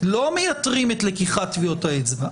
לא מייתרים את לקיחת טביעות האצבע,